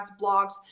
blogs